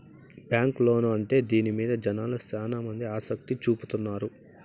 bank loan కంటే దీని మీద జనాలు శ్యానా మంది ఆసక్తి చూపుతున్నారు